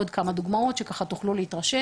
אבל עקב ההתייצבות במצב התחלואה אנחנו מבקשים להוריד